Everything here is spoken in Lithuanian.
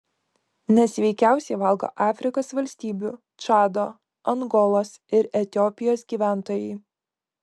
nesveikiausiai valgo afrikos valstybių čado angolos ir etiopijos gyventojai